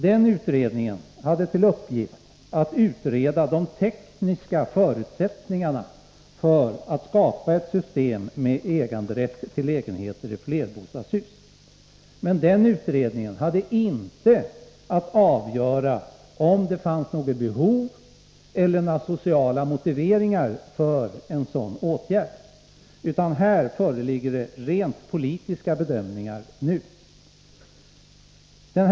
Denna utredning hade till uppgift att utreda de tekniska förutsättningarna för att skapa ett system med äganderätt till lägenheter i flerbostadshus. Men utredningen hade inte att avgöra om det fanns något behov eller några sociala motiv för en sådan åtgärd, utan här föreligger nu rent politiska bedömningar.